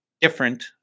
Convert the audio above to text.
different